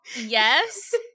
yes